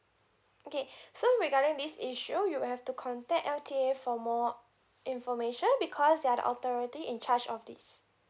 okay so regarding this issue you have to contact L_T_A for more information because they are the authority in charge of this